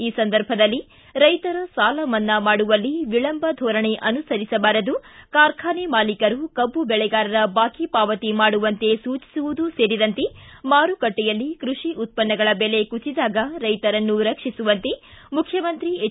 ಈ ಸಂದರ್ಭದಲ್ಲಿ ರೈತರ ಸಾಲ ಮನ್ನಾ ಮಾಡುವಲ್ಲಿ ವಿಳಂಬ ಧೋರಣೆ ಅನುಸರಿಸಬಾರದು ಕಾರ್ಖಾನೆ ಮಾಲಿಕರು ಕಬ್ಬು ಬೆಳೆಗಾರರ ಬಾಕಿ ಪಾವತಿ ಮಾಡುವಂತೆ ಸೂಚಿಸುವುದು ಸೇರಿದಂತೆ ಮಾರುಕಟ್ಟೆಯಲ್ಲಿ ಕೃಷಿ ಉತ್ಪನ್ನಗಳ ಬೆಲೆ ಕುಸಿದಾಗ ರೈತರನ್ನು ರಕ್ಷಿಸುವಂತೆ ಮುಖ್ಯಮಂತ್ರಿ ಎಚ್